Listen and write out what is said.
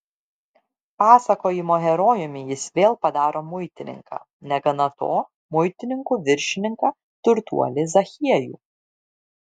pasakojimo herojumi jis vėl padaro muitininką negana to muitininkų viršininką turtuolį zachiejų